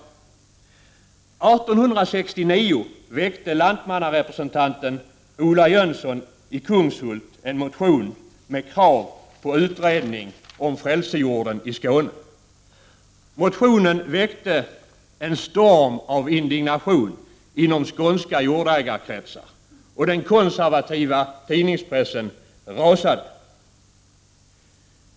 År 1869 väckte lantmannarepresentanten Ola Jönsson i Kungshult en motion med krav på utredning om frälsejorden i Skåne. Motionen väckte en storm av indignation inom skånska jordägarkretsar och den konservativa tidningspressen rasade.